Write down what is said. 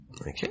Okay